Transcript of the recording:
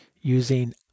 using